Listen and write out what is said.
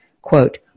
Quote